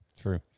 True